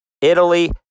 Italy